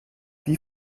wie